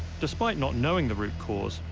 despite not knowing the root cause,